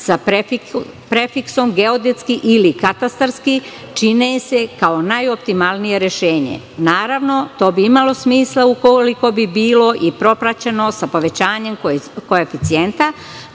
sa prefiksom geodetski ili katastarski, čine se kao najoptimalnije rešenje. Naravno, to bi imalo smisla ukoliko bi bilo i propraćeno sa povećanjem koeficijenta,